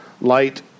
light